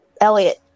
Elliot